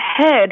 ahead